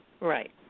right